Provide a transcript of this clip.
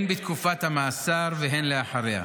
הן בתקופת המאסר והן אחריה.